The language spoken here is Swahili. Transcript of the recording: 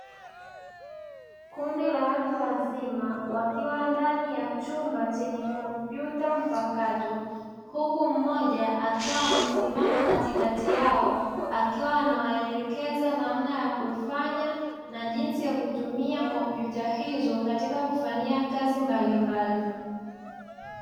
Kundi la watu wazima wakiwa ndani ya chumba chenye kompyuta mpakato huku mmoja akiwa amesimama katikati yao, akiwa anawaelekeza namna ya kufanya na jinsi ya kutumia kompyuta hizo katika kufanyia kazi mbalimbali.